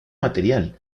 material